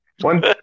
One